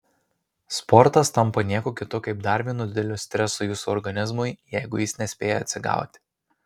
sportas tampa niekuo kitu kaip dar vienu dideliu stresu jūsų organizmui jeigu jis nespėja atsigauti